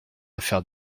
affaire